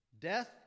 Death